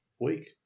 week